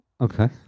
Okay